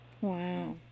Wow